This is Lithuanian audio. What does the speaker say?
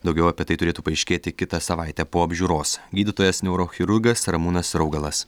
daugiau apie tai turėtų paaiškėti kitą savaitę po apžiūros gydytojas neurochirurgas ramūnas raugalas